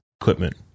equipment